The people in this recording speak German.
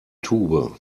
tube